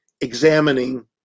examining